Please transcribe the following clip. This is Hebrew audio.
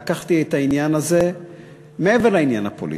לקחתי את העניין הזה מעבר לעניין הפוליטי,